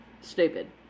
Stupid